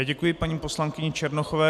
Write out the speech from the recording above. Děkuji paní poslankyni Černochové.